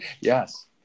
Yes